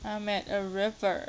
I'm at a river